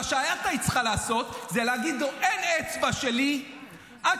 מה שאת היית צריכה לעשות זה להגיד לו: אין אצבע שלי עד